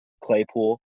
Claypool